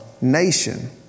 nation